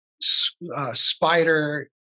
spider